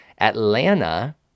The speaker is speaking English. Atlanta